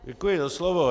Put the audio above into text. Děkuji za slovo.